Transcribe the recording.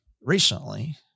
recently